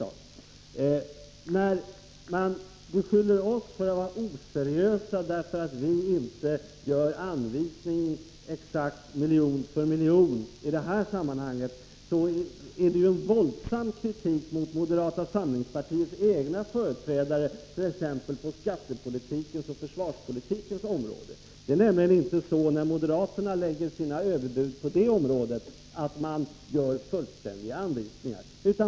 När moderaterna beskyller oss för att vara oseriösa därför att vi inte exakt och miljon för miljon redovisar vad vi vill ge i bistånd, så är det en våldsam kritik mot moderata samlingspartiets egna företrädare på t.ex. skattepolitikens och försvarspolitikens områden. När moderaterna lägger sina överbudsförslag på dessa områden, så kommer man minsann inte med fullständiga anvisningar.